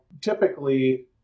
typically